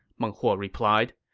meng huo replied.